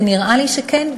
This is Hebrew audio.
ונראה לי שכן,